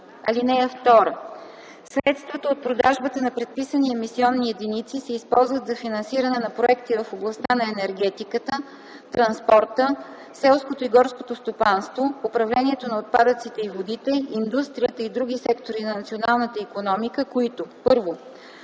(2) Средствата от продажбата на ПЕЕ се използват за финансиране на проекти в областта на енергетиката, транспорта, селското и горското стопанства, управлението на отпадъците и водите, индустрията и други сектори на националната икономика, които: 1.